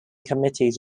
committees